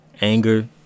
anger